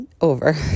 over